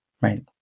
right